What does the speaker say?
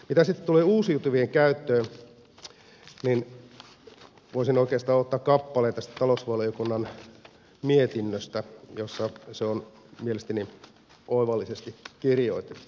mitä sitten tulee uusiutuvien käyttöön niin voisin oikeastaan ottaa kappaleen tästä talousvaliokunnan mietinnöstä jossa se on mielestäni oivallisesti kirjoitettu